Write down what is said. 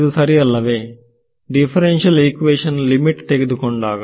ಇದು ಸರಿಯಲ್ಲವೇ differential equation limit ತೆಗೆದುಕೊಂಡಾಗ